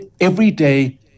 everyday